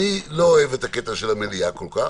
אני לא אוהב את הקטע של המליאה כל כך,